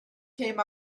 came